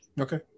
Okay